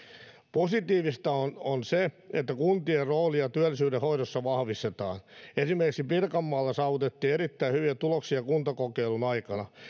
positiivista on on se että kuntien roolia työllisyyden hoidossa vahvistetaan esimerkiksi pirkanmaalla saavutettiin erittäin hyviä tuloksia kuntakokeilun aikana